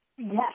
Yes